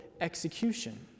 execution